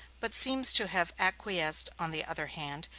but seems to have acquiesced, on the other hand,